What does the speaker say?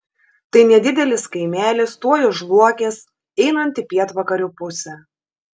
tai nedidelis kaimelis tuoj už luokės einant į pietvakarių pusę